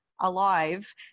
alive